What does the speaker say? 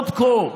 עוד קור.